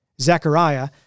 Zechariah